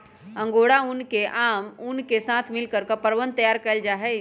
angora ऊन के आम ऊन के साथ मिलकर कपड़वन तैयार कइल जाहई